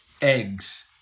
Eggs